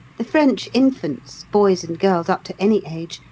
the french infants, boys and girls up to any age,